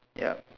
ya